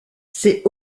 c’est